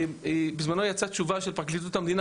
בזמנו יצאה תשובה של פרקליטות המדינה,